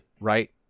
right